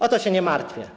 O to się nie martwię.